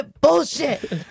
bullshit